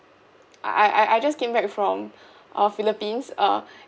I I I just came back from err philippines uh